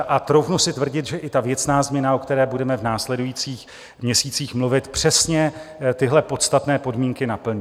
A troufnu si tvrdit, že i věcná změna, o které budeme v následujících měsících mluvit, přesně tyhle podstatné podmínky naplní.